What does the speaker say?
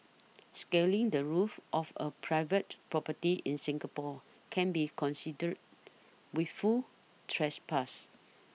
scaling the roof of a private property in Singapore can be considered wilful trespass